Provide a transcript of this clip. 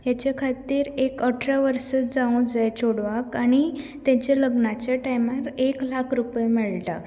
हेचे खातीर एक अठरां वर्सा जावंक जाय चेडवांक आनी तेचें लग्नाचे टायमार एक लाख रुपया मेळटा